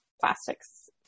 plastics